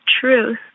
truth